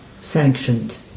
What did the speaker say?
sanctioned